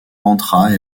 rentra